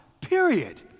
Period